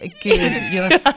good